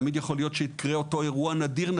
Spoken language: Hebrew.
תמיד יכול להיות שיקרה אותו אירוע נדיר-נדיר-נדיר,